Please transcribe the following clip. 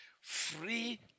Free